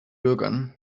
bürgern